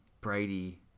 Brady